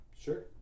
Sure